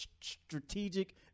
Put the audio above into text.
strategic